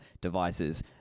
devices